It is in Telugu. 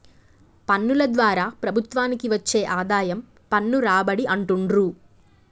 పన్నుల ద్వారా ప్రభుత్వానికి వచ్చే ఆదాయం పన్ను రాబడి అంటుండ్రు